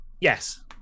Yes